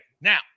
now